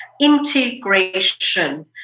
integration